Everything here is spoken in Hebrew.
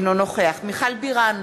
אינו נוכח מיכל בירן,